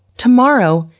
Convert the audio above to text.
tomorrow,